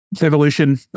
evolution